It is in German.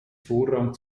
vorrang